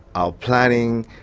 our planning,